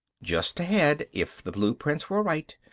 just ahead, if the blueprints were right,